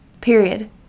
period